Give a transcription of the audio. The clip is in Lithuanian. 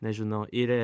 nežinau yra